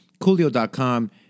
Coolio.com